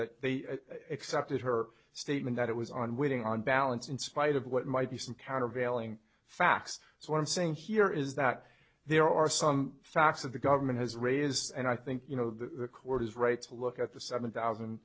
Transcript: that they accepted her statement that it was on waiting on balance in spite of what might be some countervailing facts so i'm saying here is that there are some facts of the government has raised and i think you know the court is right to look at the seven thousand